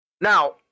Now